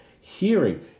hearing